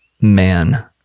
man